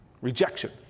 rejection